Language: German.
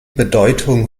bedeutung